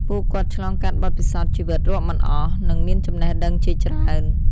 ពួកគាត់ឆ្លងកាត់បទពិសោធន៍ជីវិតរាប់មិនអស់ និងមានចំណេះដឹងជាច្រើន។